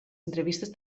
entrevistes